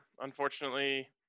Unfortunately